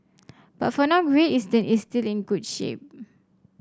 but for now Great Eastern is still in good shape